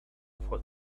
for